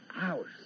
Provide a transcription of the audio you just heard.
hours